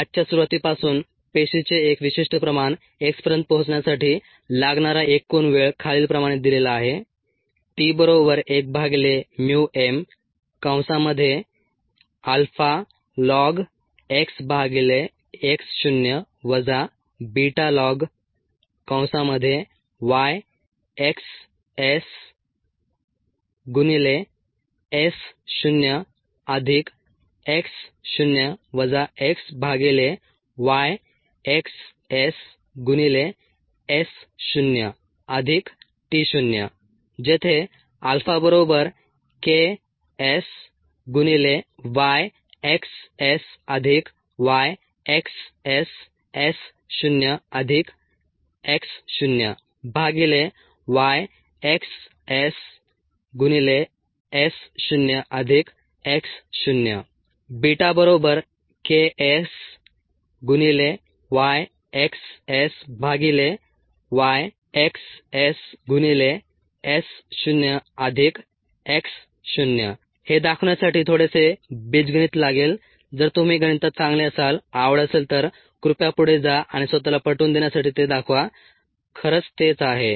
बॅचच्या सुरुवातीपासून पेशीचे एक विशिष्ट प्रमाण x पर्यंत पोहोचण्यासाठी लागणारा एकूण वेळ खालीलप्रमाणे दिलेला आहे t1mαln xx0 β ln YxSS0x0 xYxSS0 t0 where αKSYxSYxSS0x0YxSS0x0 βKSYxSYxSS0x0 हे दाखवण्यासाठी थोडासे बीजगणित लागेल जर तुम्ही गणितात चांगले असाल आवड असेल तर कृपया पुढे जा आणि स्वतःला पटवून देण्यासाठी ते दाखवा खरंच तेच आहे